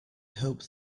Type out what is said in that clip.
hope